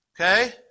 Okay